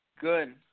Good